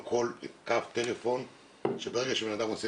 אבל לצערי גם יותר,